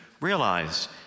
realize